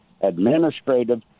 administrative